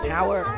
Power